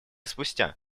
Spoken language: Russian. спустя